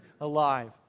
alive